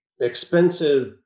expensive